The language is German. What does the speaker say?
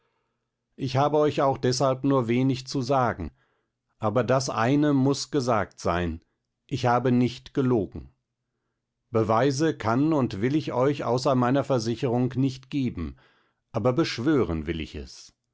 ich habe euch auch deshalb nur wenig zu sagen aber das eine muß gesagt sein ich habe nicht gelogen beweise kann und will ich euch außer meiner versicherung nicht geben aber beschwören will ich es